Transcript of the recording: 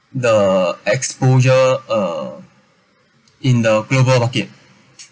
the exposure uh in the global market